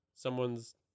Someone's